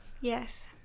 Yes